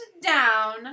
down